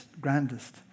grandest